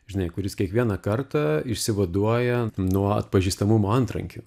žinai kuris kiekvieną kartą išsivaduoja nuo atpažįstamumo antrankių